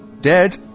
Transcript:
Dead